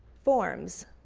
forms.